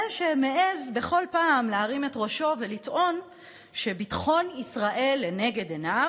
זה שמעז בכל פעם להרים את ראשו ולטעון שביטחון ישראל לנגד עיניו,